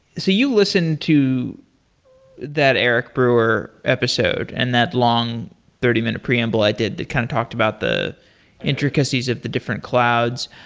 so you listen to that eric brewer episode and that long thirty minute preamble i did that kind of talked about the intricacies of the different clouds.